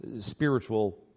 spiritual